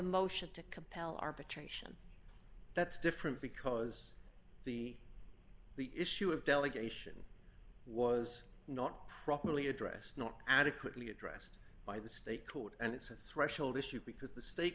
motion to compel arbitration that's different because the the issue of delegation was not properly addressed not adequately addressed by the state court and it's a threshold issue because the state